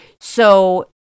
So-